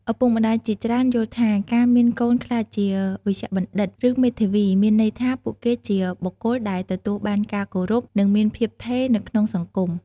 ឪពុកម្ដាយជាច្រើនយល់ថា ការមានកូនក្លាយជាវេជ្ជបណ្ឌិត ឬមេធាវី មានន័យថាពួកគេជាបុគ្គលដែលទទួលបានការគោរព និងមានភាពថេរនៅក្នុងសង្គម។